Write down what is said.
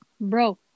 Bro